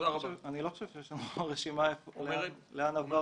אני לא חושב שיש לנו רשימה לאן עבר